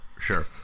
sure